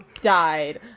died